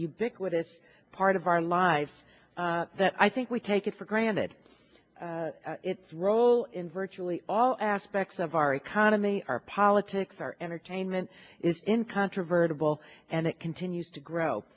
ubiquitous part of our lives that i think we take it for granted its role in virtually all aspects of our economy our politics our entertainment is incontrovertibly all and it continues to grow